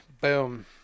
Boom